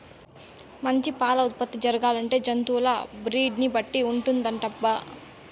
మంచి పాల ఉత్పత్తి జరగాలంటే జంతువుల బ్రీడ్ ని బట్టి ఉంటుందటబ్బా